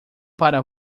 para